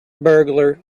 burglar